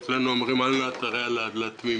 אצלנו אומרים: "אל נא תרע לתמימים".